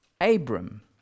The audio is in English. Abram